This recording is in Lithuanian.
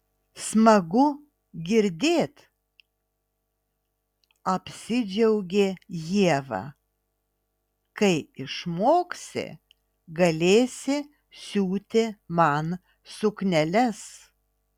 smagu girdėt apsidžiaugė ieva kai išmoksi galėsi siūti man sukneles